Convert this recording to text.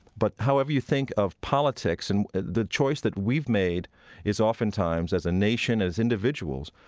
but however you think of politics, and the choice that we've made is oftentimes, as a nation, as individuals,